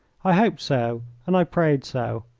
i hoped so and i prayed so,